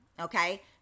Okay